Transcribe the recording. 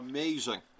Amazing